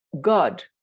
God